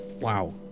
Wow